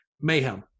mayhem